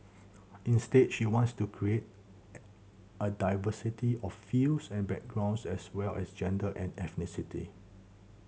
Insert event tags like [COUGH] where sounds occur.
instead she wants to create [UNINTELLIGIBLE] a diversity of fields and backgrounds as well as gender and ethnicity